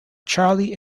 charlie